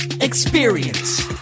Experience